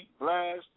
Blast